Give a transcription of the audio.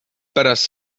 pärast